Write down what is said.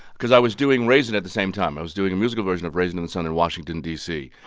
because i was doing raisin at the same time. i was doing a musical version of raisin in the sun in washington, d c.